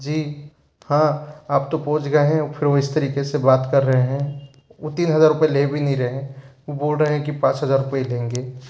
जी हाँ अब तो पहुँच गए हैं फिर वो इस तरीके से बात कर रहे हैं वो तीन हजार रुपए ले भी नहीं रहे हैं बोल रहे हैं कि पाँच हजार ही लेंगे